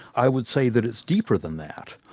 i would say that it's deeper than that.